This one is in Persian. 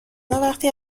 وقتی